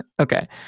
Okay